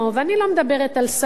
ואני לא מדברת על שר,